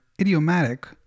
idiomatic